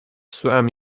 swam